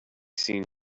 seen